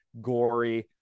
gory